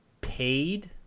paid